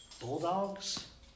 Bulldogs